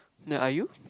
ya are you